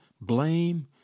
blame